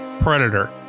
Predator